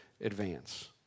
advance